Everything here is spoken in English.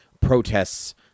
protests